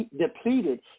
depleted